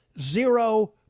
Zero